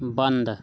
बन्द